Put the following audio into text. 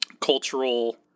cultural